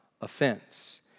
offense